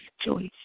choice